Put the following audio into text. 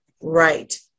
right